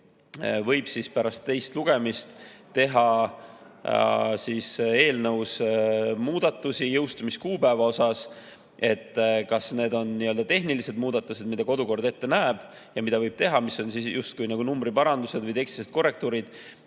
võib pärast teist lugemist teha eelnõus muudatusi jõustumiskuupäeva kohta. Kas need on n‑ö tehnilised muudatused, mida kodukord ette näeb ja mida võib teha, mis on justkui numbri parandused või tekstilised korrektuurid,